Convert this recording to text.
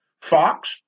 Fox